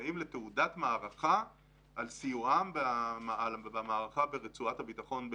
שזכאים לתעודת מערכה על סיועם במערכה ברצועת הביטחון בלבנון.